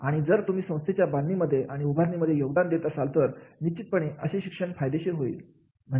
आणि जर तुम्ही संस्थेच्या बांधणीमध्ये आणि उभारणीमध्ये योगदान देत असेल तर निश्चितपणे असे शिक्षण फायदेशीर होईल